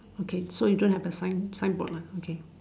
okay so you don't have the sign sign board lah okay